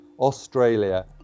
Australia